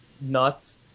nuts